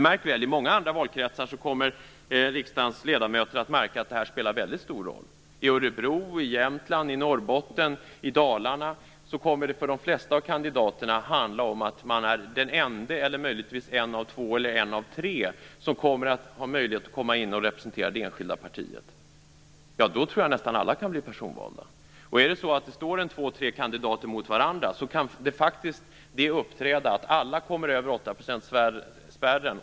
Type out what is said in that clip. Märk väl: I många andra valkretsar kommer riksdagens ledamöter att märka att reglerna spelar väldigt stor roll. I Örebro, Jämtland, Norrbotten och Dalarna kommer kandidaten i de flesta fall att vara den ende eller möjligtvis en av två eller tre som har möjlighet att representera det enskilda partiet. Då tror jag att nästan alla kan bli personvalda. Om två, tre kandidater står mot varandra kan faktiskt alla komma över åttaprocentsspärren.